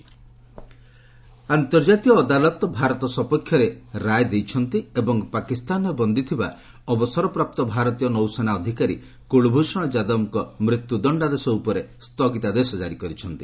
ICJ ଯାଦବ ଆନ୍ତର୍ଜାତୀୟ ଅଦାଲତ ଭାରତ ସପକ୍ଷରେ ରାୟ ଦେଇଛନ୍ତି ଏବଂ ପାକିସ୍ତାନରେ ବନ୍ଦୀ ଥିବା ଅବସରପ୍ରାପ୍ତ ଭାରତୀୟ ନୌସେନା ଅଧିକାରୀ କୁଳଭୂଷଣ ଯାଦବଙ୍କ ମୃତ୍ୟୁ ଦଶ୍ଚାଦେଶ ଉପରେ ସ୍ଥଗିତାଦେଶ ଜାରି କରିଛନ୍ତି